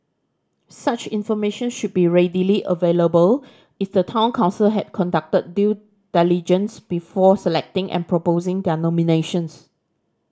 such information should be readily available if the Town Council had conducted due diligence before selecting and proposing their nominations